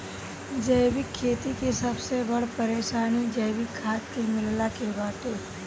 जैविक खेती के सबसे बड़ परेशानी जैविक खाद के मिलला के बाटे